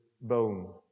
bone